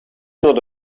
not